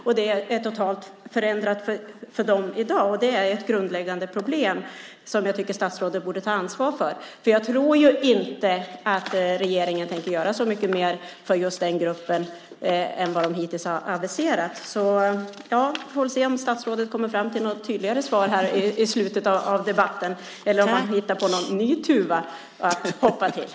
Deras situation har nu förändrats totalt. Det är ett grundläggande problem, som jag tycker att statsrådet borde ta ansvar för. Jag tror inte att regeringen tänker göra så mycket mer för just den gruppen än vad de hittills har aviserat. Vi får se om statsrådet kommer fram till något tydligare svar i slutet av debatten eller om han hittar någon ny tuva att hoppa till.